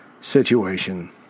situation